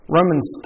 Romans